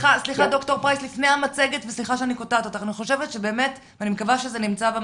ד"ר פרייס, אני מקווה שזה נמצא במצגת,